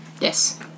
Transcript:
Yes